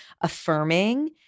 affirming